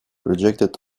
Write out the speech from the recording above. rejected